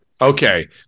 Okay